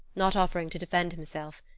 not offering to defend himself.